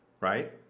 right